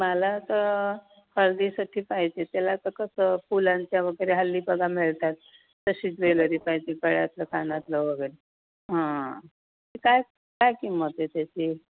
मला आता हळदीसाठी पाहिजे त्याला आता कसं फुलांच्या वगैरे हल्ली बघा मिळत आहेत तशी ज्वेलरी पाहिजे गळ्यातलं कानातलं वगैरे हां ते काय काय किंमत आहे त्याची